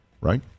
Right